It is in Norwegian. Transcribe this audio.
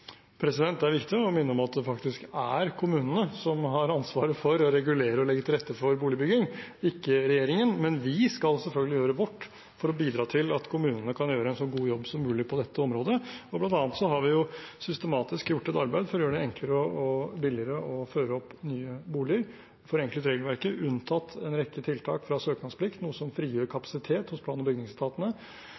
Det er viktig å minne om at det faktisk er kommunene som har ansvaret for å regulere og legge til rette for boligbygging, ikke regjeringen. Men vi skal selvfølgelig gjøre vårt for å bidra til at kommunene kan gjøre en så god jobb som mulig på dette området. Blant annet har vi systematisk gjort et arbeid for å gjøre det enklere og billigere å føre opp nye boliger, forenklet regelverket, unntatt en rekke tiltak fra søknadsplikt, noe som frigjør kapasitet hos plan- og bygningsetatene.